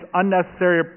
unnecessary